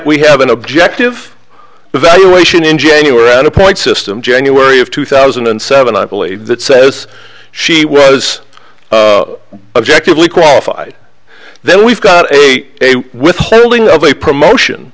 we have an objective evaluation in january and a points system january of two thousand and seven i believe that says she was objectively qualified then we've got a withholding of a promotion